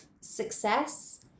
success